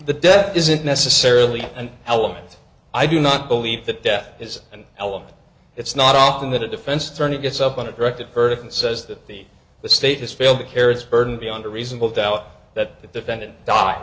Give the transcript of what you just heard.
the death isn't necessarily an element i do not believe that death is an element it's not often that a defense attorney gets up on a directed verdict and says that the the state has failed to carry its burden beyond a reasonable doubt that the defendant die